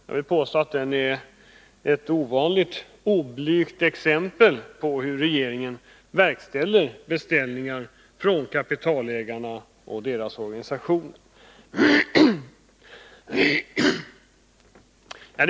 Jag vill påstå att detta är ett ovanligt oblygt exempel på hur regeringen verkställer beställningar från kapitalägarna och deras organisationer.